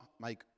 make